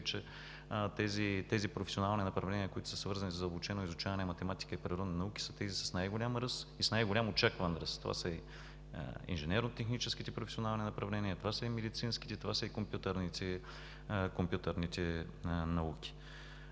че тези професионални направления, които са свързани със задълбочено изучаване на математика и природни науки, са тези с най-голям ръст и с най-голям очакван ръст. Това са инженерно-техническите професионални направления, това са и медицинските, това са и компютърните науки.